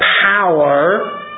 power